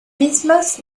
mismas